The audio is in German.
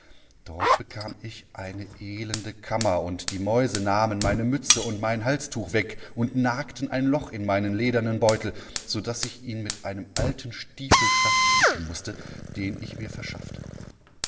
liefenindiekücheundbatenumessenfürmich sodaß ichmichdochsattessenkonnte dannkamichzueinerfrauindernorrlandsgata dortbekamicheineelende kammer und die mäuse nahmen meine mütze und mein halstuch weg und nagten ein loch in meinen ledernen beutel so daß ich ihn mit einem alten stiefelschaft flicken mußte den ich mir verschaffte